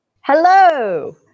Hello